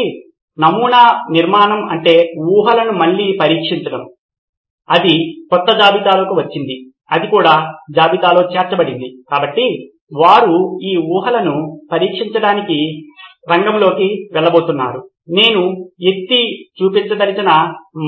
కాబట్టి నమూనా నిర్మాణం అంటే ఊహలను మళ్లీ పరీక్షించడం అది కొత్త జాబితాలోకి వచ్చింది అది కూడా జాబితాలో చేర్చబడింది కాబట్టి వారు ఈ ఊహలను పరీక్షించడానికి రంగంలోకి వెళ్ళబోతున్నారు నేను ఎత్తి చూపించదలిచిన